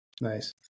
Nice